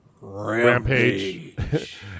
Rampage